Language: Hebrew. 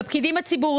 בפקידי הציבור